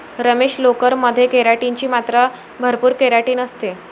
रमेश, लोकर मध्ये केराटिन ची मात्रा भरपूर केराटिन असते